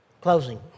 closing